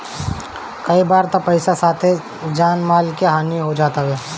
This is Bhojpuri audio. कई बार तअ पईसा के साथे जान माल के हानि हो जात हवे